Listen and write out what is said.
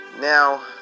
Now